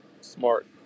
smart